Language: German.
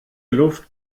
luft